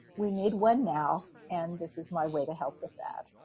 we need one now and this is my way to help with that.